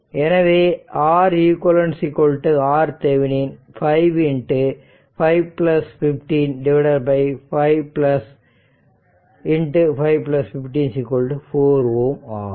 எனவே Req R Thevenin 5 5 15 5 5 15 4 Ω ஆகும்